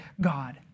God